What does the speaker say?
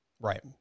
Right